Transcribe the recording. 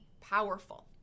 powerful